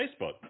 Facebook